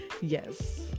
yes